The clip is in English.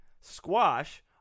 squash